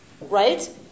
right